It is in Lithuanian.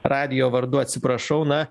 radijo vardu atsiprašau na